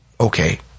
Okay